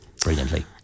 brilliantly